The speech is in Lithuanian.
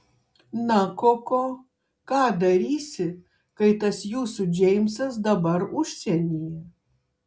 na koko ką darysi kai tas jūsų džeimsas dabar užsienyje